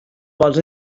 vols